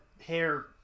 hair